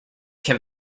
can